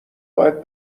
باید